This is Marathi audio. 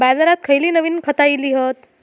बाजारात खयली नवीन खता इली हत?